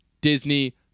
Disney